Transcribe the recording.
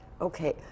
Okay